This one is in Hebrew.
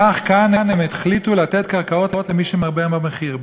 כך כאן הם החליטו לתת קרקעות למי שמרבה במחיר.